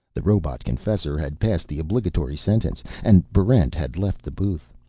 the robot-confessor had passed the obligatory sentence and barrent had left the booth.